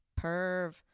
perv